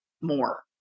more